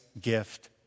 Gift